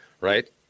right